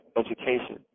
education